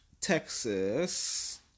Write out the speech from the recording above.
Texas